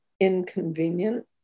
inconvenient